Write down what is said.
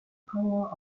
power